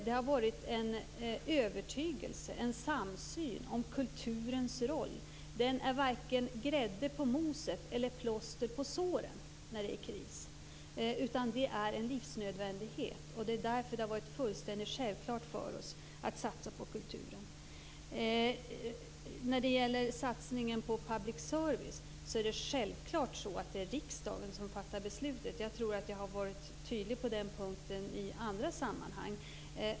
Det har varit en övertygelse och en samsyn om kulturens roll. Den är varken grädde på moset eller plåster på såren när det är kris. Den är en livsnödvändighet. Det är därför det har varit fullständigt självklart för oss att satsa på kulturen. Det är självklart att det är riksdagen som fattar besluten om satsningen på public service. Jag tror att jag har varit tydlig på den punkten i andra sammanhang.